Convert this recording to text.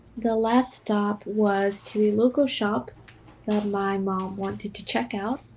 the last stop was to a local shop that my mom wanted to check out.